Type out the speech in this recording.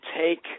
take